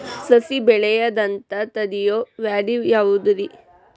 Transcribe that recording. ಸಸಿ ಬೆಳೆಯದಂತ ತಡಿಯೋ ವ್ಯಾಧಿ ಯಾವುದು ರಿ?